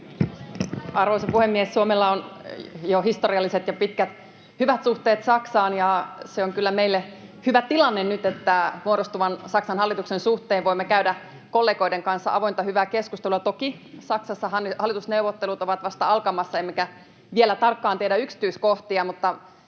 Arvoisa puhemies! Suomella on jo historialliset ja pitkät, hyvät suhteet Saksaan, ja se on kyllä meille hyvä tilanne nyt, että muodostuvan Saksan hallituksen suhteen voimme käydä kollegoiden kanssa avointa hyvää keskustelua. Toki Saksassahan hallitusneuvottelut ovat vasta alkamassa, emmekä vielä tarkkaan tiedä yksityiskohtia,